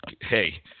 Hey